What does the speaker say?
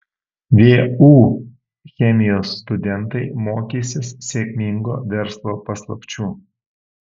vu chemijos studentai mokysis sėkmingo verslo paslapčių